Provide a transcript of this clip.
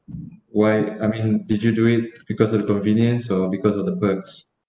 why I mean did you do it because of convenience or because of the perks